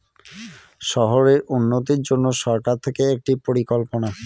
শহরের উন্নতির জন্য সরকার থেকে একটি পরিকল্পনা